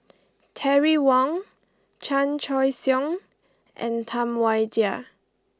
Terry Wong Chan Choy Siong and Tam Wai Jia